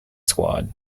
squad